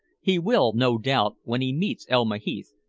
he will, no doubt, when he meets elma heath,